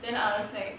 then I was like